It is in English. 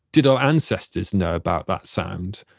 did our ancestors know about that sound?